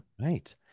Right